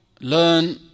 learn